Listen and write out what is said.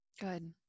good